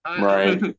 right